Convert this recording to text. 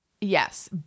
Yes